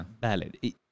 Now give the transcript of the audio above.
ballad